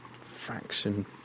fraction